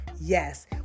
Yes